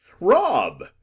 Rob